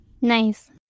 nice